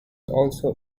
also